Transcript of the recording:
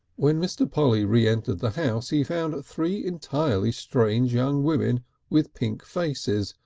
when mr. polly re-entered the house he found three entirely strange young women with pink faces,